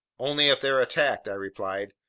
only if they're attacked, i replied.